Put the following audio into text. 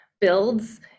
builds